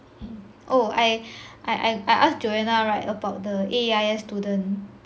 oh I I I ask joanna right about the A_E_I_S student